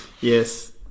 Yes